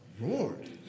roared